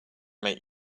make